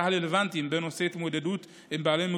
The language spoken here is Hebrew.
הרלוונטיים בנושא התמודדות עם בעלי מוגבלות,